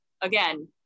again